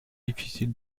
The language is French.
difficile